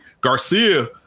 Garcia